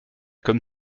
comme